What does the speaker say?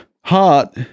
heart